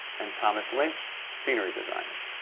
and thomas lynch, scenery designer.